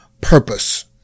Purpose